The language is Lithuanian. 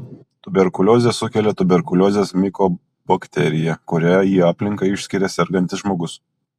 tuberkuliozę sukelia tuberkuliozės mikobakterija kurią į aplinką išskiria sergantis žmogus